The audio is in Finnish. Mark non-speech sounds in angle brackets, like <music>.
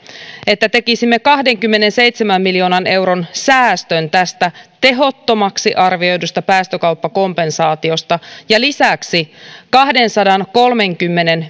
että tekisimme kahdenkymmenenseitsemän miljoonan euron säästön tästä tehottomaksi arvioidusta päästökauppakompensaatiosta ja lisäksi kahdensadankolmenkymmenen <unintelligible>